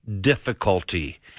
difficulty